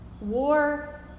War